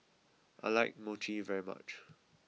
I like Mochi very much